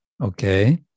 Okay